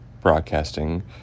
broadcasting